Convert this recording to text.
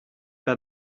pas